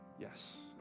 Yes